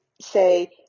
say